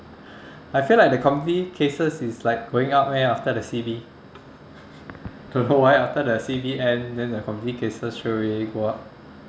I feel like the community cases is like going up eh after the C_B don't know why after the C_B end then the community cases straightaway go up